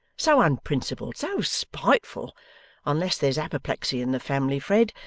so unprincipled, so spiteful unless there's apoplexy in the family, fred,